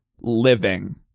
living